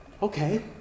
Okay